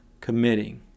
committing